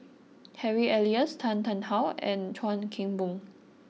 Harry Elias Tan Tarn How and Chuan Keng Boon